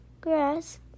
grass